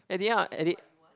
at the end at the